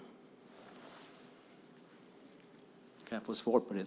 Kan jag få svar på det?